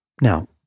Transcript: Now